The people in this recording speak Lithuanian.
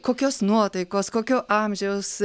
kokios nuotaikos kokio amžiaus